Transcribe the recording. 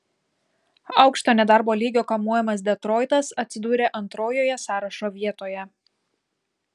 aukšto nedarbo lygio kamuojamas detroitas atsidūrė antrojoje sąrašo vietoje